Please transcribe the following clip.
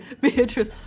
Beatrice